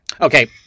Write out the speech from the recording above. Okay